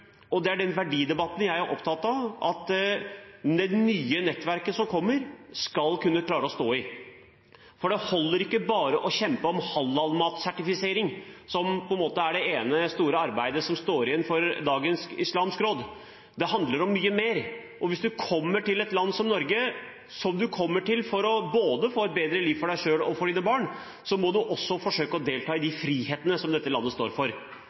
Det er den verdidebatten jeg er opptatt av at det nye nettverket som kommer, skal kunne klare å stå i. Det holder ikke bare å kjempe om halalmatsertifisering, som på en måte er det ene store arbeidet som står igjen for dagens Islamsk Råd Norge. Det handler om mye mer. Hvis man kommer til et land som Norge for å få et bedre liv for både seg selv og sine barn, må man også forsøke å delta i de frihetene som dette landet står for.